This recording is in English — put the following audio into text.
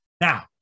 Now